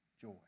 joy